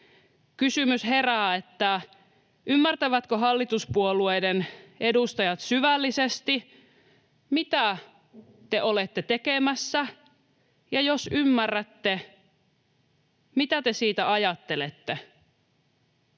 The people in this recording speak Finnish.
kysymys, ymmärtävätkö hallituspuolueiden edustajat syvällisesti, mitä te olette tekemässä, ja jos ymmärrätte, mitä te siitä ajattelette,